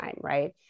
right